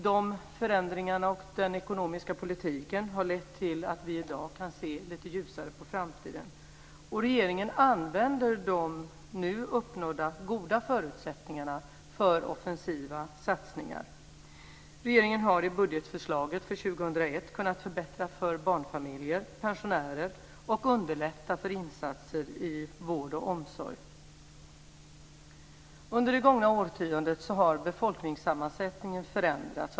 De förändringarna och den ekonomiska politiken har lett till att vi i dag kan se lite ljusare på framtiden. Regeringen använder de nu uppnådda goda förutsättningarna för offensiva satsningar. Regeringen har i budgetförslaget för 2001 kunnat förbättra för barnfamiljer, pensionärer och underlätta för insatser i vård och omsorg. Under det gångna årtiondet har befolkningssammansättningen förändrats.